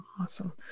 awesome